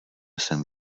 jsem